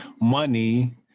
money